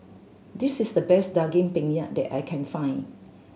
this is the best Daging Penyet that I can find